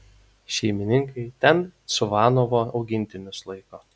šeimininkai ten čvanovo augintinius laiko